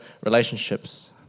relationships